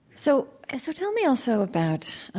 so ah so tell me also about